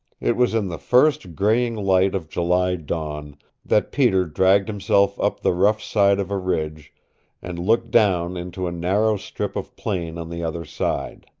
it was in the first graying light of july dawn that peter dragged himself up the rough side of a ridge and looked down into a narrow strip of plain on the other side.